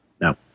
no